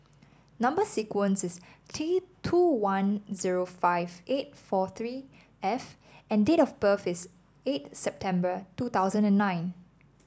number sequence is T two one zero five eight four three F and date of birth is eight September two thousand and nine